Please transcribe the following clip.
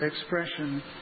expression